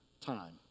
time